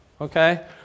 Okay